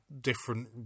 different